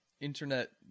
internet